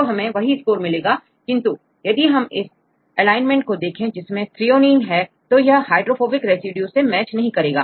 तो हमें वही स्कोर मिलता है किंतु हम यदि इस एलाइनमेंट को देखें जिसमें threonine है तो यह हाइड्रोफोबिक रेसिड्यू से मैच नहीं करेगा